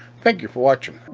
thank you for watching.